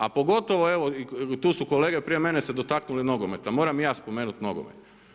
A pogotovo evo, i tu su kolege prije mene se dotaknule nogometa, moram i ja spomenuti nogomet.